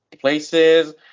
places